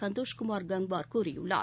சந்தோஷ்குமார் கங்வார் கூறியுள்ளார்